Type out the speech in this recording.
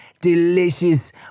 delicious